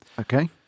Okay